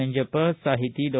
ನಂಜಪ್ಪ ಸಾಹಿತಿ ಡಾ